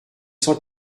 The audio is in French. cent